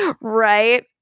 Right